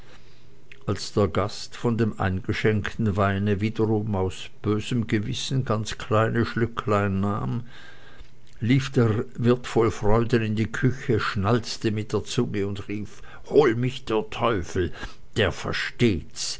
als der gast von dem eingeschenkten weine wiederum aus bösem gewissen ganz kleine schlücklein nahm lief der wirt voll freuden in die küche schnalzte mit der zunge und rief hol mich der teufel der versteht's